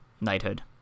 knighthood